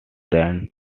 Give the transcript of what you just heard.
then